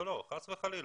לא, חס וחלילה.